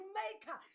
maker